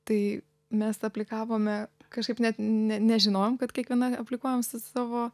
tai mes aplikavome kažkaip net ne nežinojom kad kiekviena aplikuojam su savo